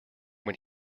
when